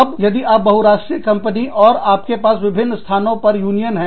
अब यदि आप बहुराष्ट्रीय कंपनी और आपके पास विभिन्न स्थानों पर यूनियन है